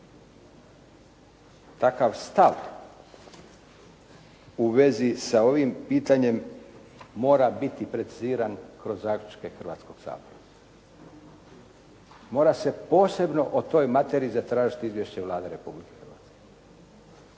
Takav stav u vezi sa ovim pitanjem mora biti preciziran kroz zaključke Hrvatskog sabora. Mora se posebno o toj materiji zatražiti izvješće Vlade Republike Hrvatske